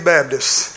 Baptists